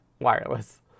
wireless